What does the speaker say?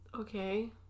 Okay